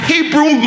Hebrew